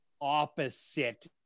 opposite